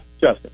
Justin